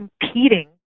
competing